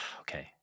okay